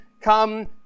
come